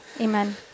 Amen